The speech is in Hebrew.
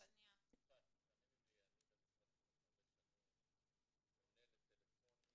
אני במשרד החינוך הרבה שנים עונה לטלפונים